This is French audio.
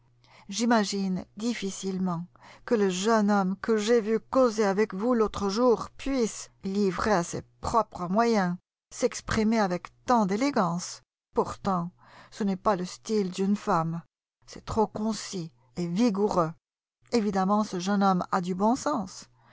j'imagine difficilement que le jeune homme que j'ai vu causer avec vous l'autre jour puisse livré à ses propres moyens s'exprimer avec tant d'élégance pourtant ce n'est pas le style d'une femme c'est trop concis et vigoureux évidemment ce jeune homme a du bon sens